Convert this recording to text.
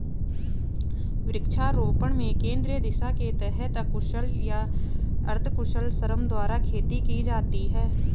वृक्षारोपण में केंद्रीय दिशा के तहत अकुशल या अर्धकुशल श्रम द्वारा खेती की जाती है